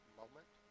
moment